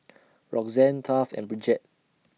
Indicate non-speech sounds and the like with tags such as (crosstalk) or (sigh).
(noise) Roxann Taft and Bridgette